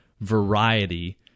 variety